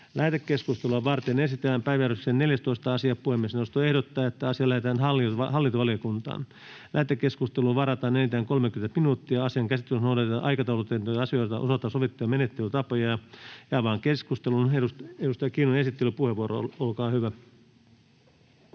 Lähetekeskustelua varten esitellään päiväjärjestyksen 16. asia. Puhemiesneuvosto ehdottaa, että asia lähetetään perustuslakivaliokuntaan. Lähetekeskusteluun varataan enintään 30 minuuttia. Asian käsittelyssä noudatetaan aikataulutettujen asioiden osalta sovittuja menettelytapoja. — Avaan keskustelun. Edustaja Rantanen, esittelypuheenvuoro, olkaa hyvä.